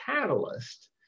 catalyst